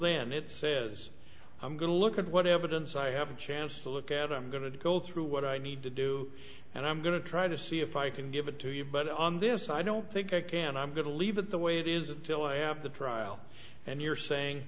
limits says i'm going to look at what evidence i have a chance to look at i'm going to go through what i need to do and i'm going to try to see if i can give it to you but on this i don't think again i'm going to leave it the way it is till i have the trial and you're saying